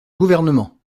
gouvernement